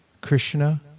Krishna